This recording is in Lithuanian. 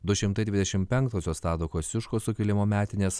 du šimtai dvidešimt penktosios tado kosciuškos sukilimo metinės